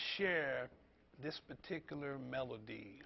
share this particular melody